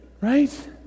right